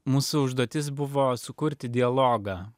mūsų užduotis buvo sukurti dialogą